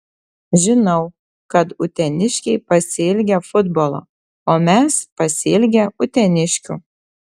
žinau kad uteniškiai pasiilgę futbolo o mes pasiilgę uteniškių